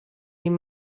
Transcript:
این